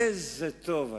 איזה טוב היה,